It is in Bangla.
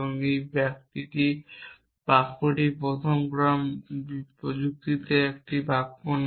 এই বাক্যটি প্রথম ক্রম যুক্তিতে একটি বাক্য নয়